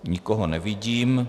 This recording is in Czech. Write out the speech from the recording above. Nikoho nevidím.